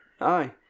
Aye